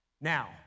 Now